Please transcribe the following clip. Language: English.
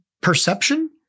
perception